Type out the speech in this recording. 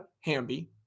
Hamby